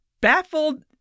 baffled